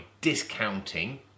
discounting